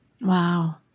Wow